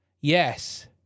Yes